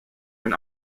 den